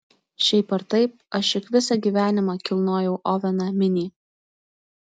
šiaip ar taip aš juk visą gyvenimą kilnojau oveną minį